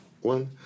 one